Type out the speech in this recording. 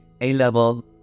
A-level